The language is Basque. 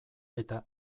eta